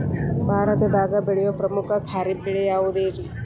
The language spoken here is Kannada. ಭಾರತದಾಗ ಬೆಳೆಯೋ ಪ್ರಮುಖ ಖಾರಿಫ್ ಬೆಳೆ ಯಾವುದ್ರೇ?